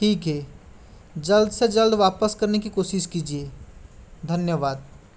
teak है जल्द से जल्द वापस करने की कोसिश कीजिए धन्यवाद